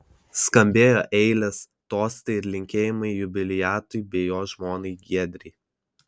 skambėjo eilės tostai ir linkėjimai jubiliatui bei jo žmonai giedrei